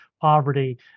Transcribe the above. poverty